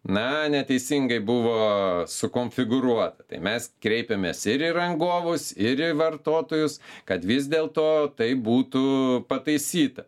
na neteisingai buvo sukonfigūruota tai mes kreipėmės ir į rangovus ir vartotojus kad vis dėl to tai būtų pataisyta